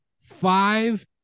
five